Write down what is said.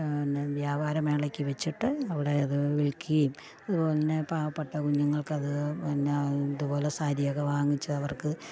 വ്യാപാര മേളയ്ക്കു വെച്ചിട്ട് അവരുടെ അതു വിൽക്കുകയും അതു പോലെ തന്നെ പാവപ്പെട്ട കുഞ്ഞങ്ങൾക്കത് എന്നാ ഇതു പോലെ സാരി ഒക്കെ വാങ്ങിച്ചവർക്ക്